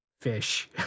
fish